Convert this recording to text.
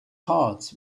hearts